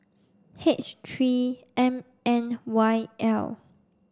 H three M N Y L